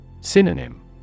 Synonym